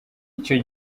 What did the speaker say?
icyo